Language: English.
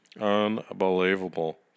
Unbelievable